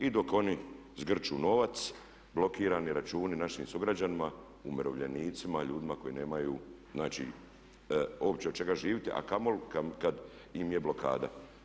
I dok oni zgrču novac, blokirani računi našim sugrađanima umirovljenicima, ljudima koji nemaju znači uopće od čega živiti, a kamoli kad im je blokada.